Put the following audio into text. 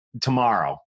tomorrow